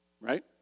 Right